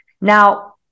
now